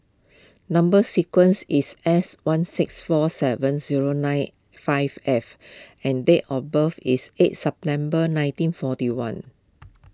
Number Sequence is S one six four seven zero nine five F and date of birth is eight September nineteen forty one